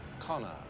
Connor